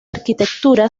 arquitectura